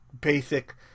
basic